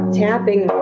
tapping